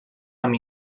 amb